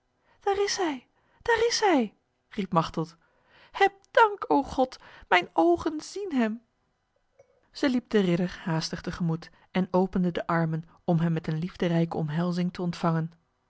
daar is hij daar is hij riep machteld heb dank o god mijn ogen zien hem zij liep de ridder haastig tegemoet en opende de armen om hem met een liefderijke omhelzing te ontvangen